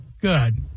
Good